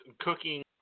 cooking